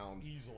Easily